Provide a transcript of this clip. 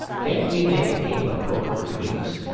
can't we make a game of poker between us?